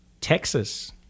Texas